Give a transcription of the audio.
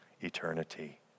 eternity